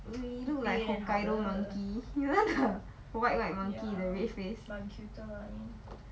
we look like hokkaido monkey you know the white white monkey the red face